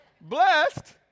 blessed